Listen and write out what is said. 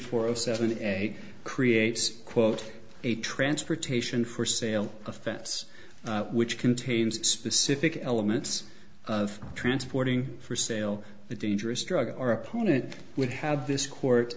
four of seven a creates quote a transportation for sale offense which contains specific elements of transporting for sale a dangerous drug or opponent would have this court